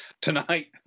tonight